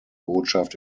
botschaft